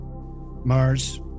Mars